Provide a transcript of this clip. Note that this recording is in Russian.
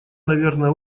наверное